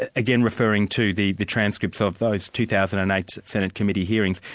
ah again referring to the the transcripts of those two thousand and eight senate committee hearings,